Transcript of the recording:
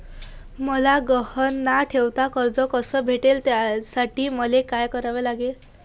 मले गहान न ठेवता कर्ज कस भेटन त्यासाठी मले का करा लागन?